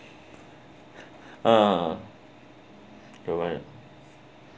uh you're right